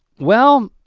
well,